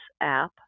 app